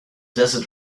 desert